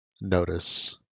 notice